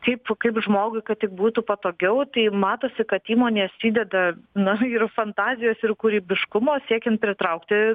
taip kaip žmogui kad tik būtų patogiau tai matosi kad įmonės įdeda nu ir fantazijos ir kūrybiškumo siekiant pritraukti